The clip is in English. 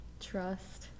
trust